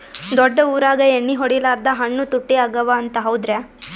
ದೊಡ್ಡ ಊರಾಗ ಎಣ್ಣಿ ಹೊಡಿಲಾರ್ದ ಹಣ್ಣು ತುಟ್ಟಿ ಅಗವ ಅಂತ, ಹೌದ್ರ್ಯಾ?